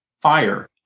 fire